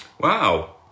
Wow